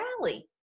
rally